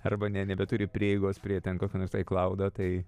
arba ne nebeturi prieigos prie ten kokio nors aiklaudo tai